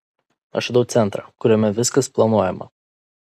aš radau centrą kuriame viskas planuojama